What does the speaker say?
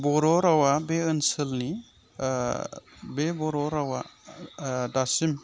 बर' रावा बे ओनसोलनि बे बर' रावा दासिम